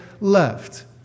left